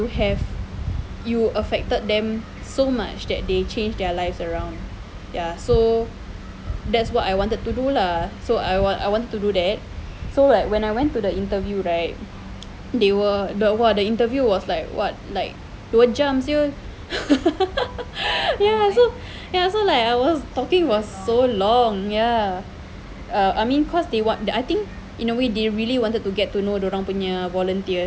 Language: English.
you have you affected them so much that they change their lives around ya so that's what I wanted to do lah so I want I wanted to do that so like when I went to the interview right they were the !wah! the interview was like what like dua jam [siol] ya so ya so like I was talking for so long ya err I mean cause they want I think in a way they really wanted to get to know dorang punya volunteers